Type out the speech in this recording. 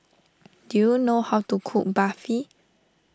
do you know how to cook Barfi